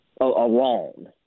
alone